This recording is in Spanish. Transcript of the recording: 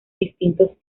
distintos